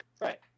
Right